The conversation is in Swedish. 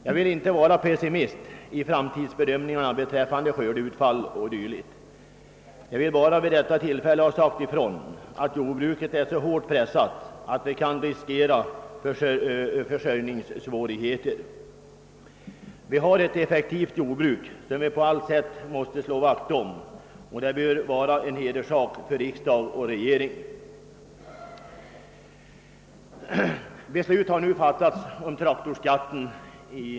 Jag vill inte vara pessimist i framtidsbedömningarna beträffande skördeutfall och dylikt. Jag vill endast vid detta tillfälle säga ifrån, att jordbruket är så hårt pressat att vi kan riskera försörjningssvårigheter. Vi har ett effektivt jordbruk som vi på allt sätt måste slå vakt om, och detta bör vara en hederssak för riksdag och regering. Riksdagen har nu fattat beslut om traktorskatten.